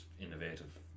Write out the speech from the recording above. innovative